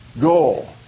goal